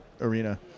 arena